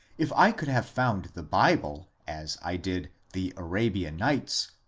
if i could have found the bible, as i did the arabian nights,